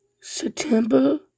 September